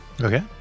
Okay